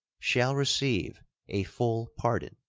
shall receive a full pardon,